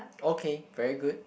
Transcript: okay very good